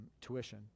tuition